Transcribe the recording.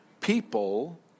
People